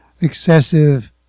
excessive